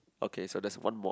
okay so that's one more